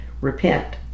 Repent